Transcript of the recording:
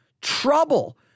trouble